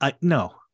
No